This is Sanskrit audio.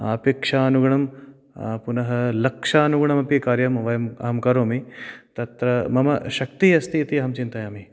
अपेक्षानुगुणं पुनः लक्षानुगुणमपि कार्यं वयम् अहं करोमि तत्र मम शक्तिः अस्ति इति अहं चिन्तयामि